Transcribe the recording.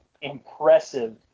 impressive